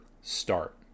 start